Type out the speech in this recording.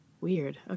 Weird